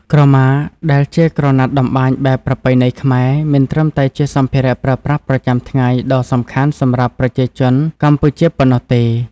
ក្រមាដែលជាក្រណាត់តម្បាញបែបប្រពៃណីខ្មែរ មិនត្រឹមតែជាសម្ភារៈប្រើប្រាស់ប្រចាំថ្ងៃដ៏សំខាន់សម្រាប់ប្រជាជនកម្ពុជាប៉ុណ្ណោះទេ។